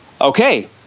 Okay